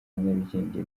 nyarugenge